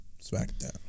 Smackdown